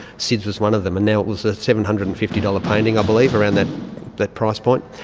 sid's was one of them, and it was a seven hundred and fifty dollars painting i believe, around that that price point.